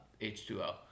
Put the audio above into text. H2O